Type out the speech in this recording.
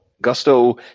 Gusto